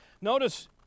Notice